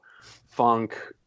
funk